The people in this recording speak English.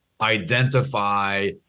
identify